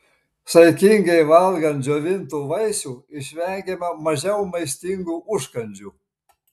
saikingai valgant džiovintų vaisių išvengiama mažau maistingų užkandžių